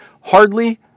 hardly